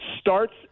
starts